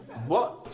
what